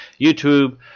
YouTube